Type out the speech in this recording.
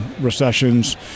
recessions